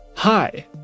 Hi